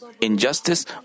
injustice